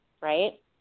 right